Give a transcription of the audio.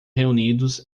reunidos